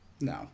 No